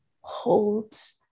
holds